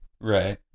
Right